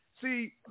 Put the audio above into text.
See